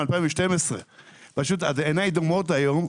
מאז 2012. עיניי דומעות היום.